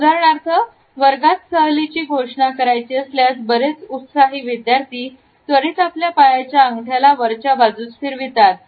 उदाहरणार्थ वर्गात सहलीची घोषणा करायची असल्यास बरेच उत्साही विद्यार्थी त्वरित आपल्या पायाच्या अंगठ्याला वरच्या बाजूस फिरवितात